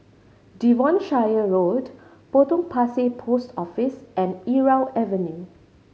Devonshire Road Potong Pasir Post Office and Irau Avenue